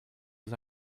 his